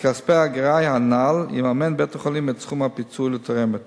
מכספי האגרה הנ"ל יממן בית-החולים את סכום הפיצוי לתורמת